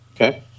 Okay